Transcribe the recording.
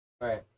Right